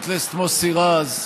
חבר הכנסת מוסי רז,